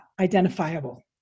identifiable